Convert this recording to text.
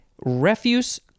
refuse